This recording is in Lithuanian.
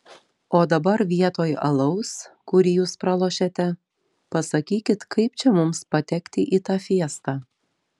o dabar vietoj alaus kurį jūs pralošėte pasakykit kaip čia mums patekti į tą fiestą